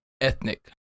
Ethnic